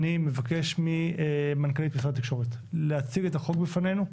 אני מבקש ממנכ"לית משרד התקשורת להציג את החוק בפנינו,